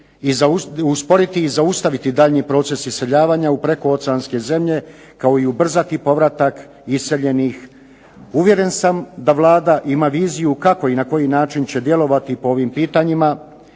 te usporiti i zaustaviti daljnji proces iseljavanja u prekooceanske zemlje kao i ubrzati povratak iseljenih. Uvjeren sam da Vlada ima viziju i kako i na koji način će djelovati po ovim pitanjima.